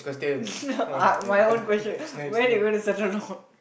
uh my own question when you gonna settle down